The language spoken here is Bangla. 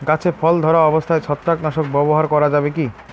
গাছে ফল ধরা অবস্থায় ছত্রাকনাশক ব্যবহার করা যাবে কী?